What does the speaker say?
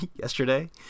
yesterday